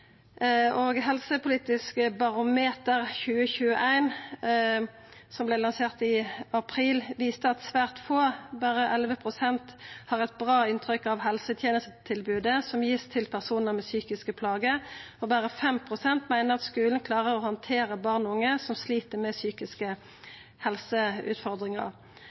Helsepolitisk barometer 2021, som vart lansert i april, viste at svært få, berre 11 pst., har eit bra inntrykk av helsetenestetilbodet som vert gitt til personar med psykiske plagar, og berre 5 pst. meiner at skulen klarer å handtere barn og unge som slit med psykiske helseutfordringar.